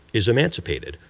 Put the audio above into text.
is emancipated.